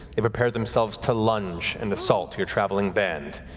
they've prepared themselves to lunge and assault your traveling band.